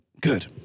Good